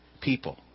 people